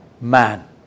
man